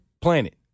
planet